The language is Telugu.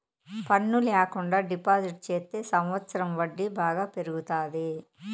పన్ను ల్యాకుండా డిపాజిట్ చెత్తే సంవచ్చరం వడ్డీ బాగా పెరుగుతాది